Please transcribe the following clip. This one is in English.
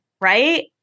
Right